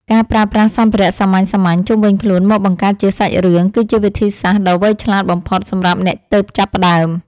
ការប្រើប្រាស់សម្ភារៈសាមញ្ញៗជុំវិញខ្លួនមកបង្កើតជាសាច់រឿងគឺជាវិធីសាស្ត្រដ៏វៃឆ្លាតបំផុតសម្រាប់អ្នកទើបចាប់ផ្តើម។